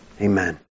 Amen